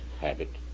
habit